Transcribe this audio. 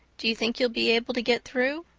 do you think you'll be able to get through?